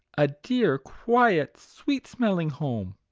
a dear, quiet, sweet smelling home.